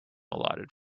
allotted